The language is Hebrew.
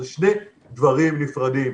אלה שני דברים נפרדים.